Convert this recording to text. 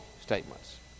statements